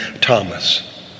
Thomas